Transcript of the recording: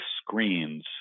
screens